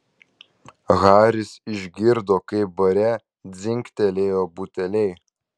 haris išgirdo kaip bare dzingtelėjo buteliai